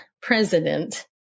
president